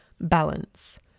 balance